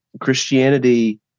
Christianity